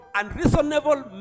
unreasonable